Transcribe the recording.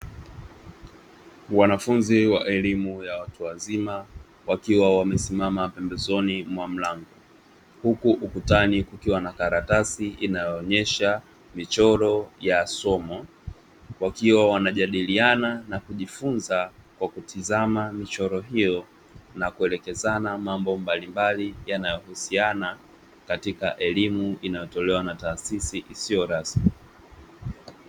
Wanafunzi wa elimu ya watu wazima wakiwa wamesimama pembezoni mwa mlango, huku ukutani kukiwa na karatasi inayoonyesha michoro ya somo, wakiwa wanajadiliana na kujifunza kwa kutizama michoro hiyo na kuelekezana mambo mbalimbali yanayohusiana katika elimu inayotolewa na taasisi isiyo rasmi.